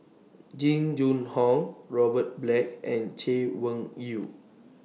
Jing Jun Hong Robert Black and Chay Weng Yew